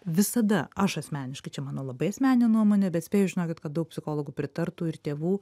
visada aš asmeniškai čia mano labai asmeninė nuomonė bet spėju žinokit kad daug psichologų pritartų ir tėvų